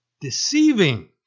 deceiving